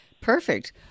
Perfect